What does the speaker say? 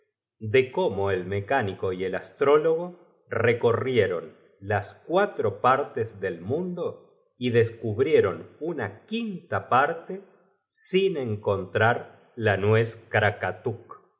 de cómo el mecán ico y el astrólog o recorrieron las cuatro pailtes del mundo y descubrieron una quin'ta parte sin encontrar la